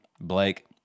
Blake